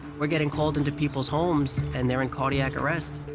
we're getting called into people's homes, and they're in cardiac arrest.